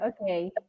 Okay